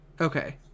okay